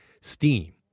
steam